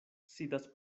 sidas